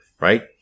right